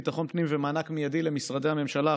ביטחון פנים ומענק מיידי למשרדי הממשלה,